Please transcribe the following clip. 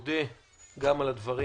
מודה גם על הדברים